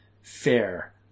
fair